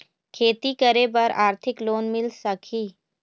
खेती करे बर आरथिक लोन मिल सकही?